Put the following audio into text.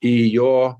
į jo